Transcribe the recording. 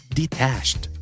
detached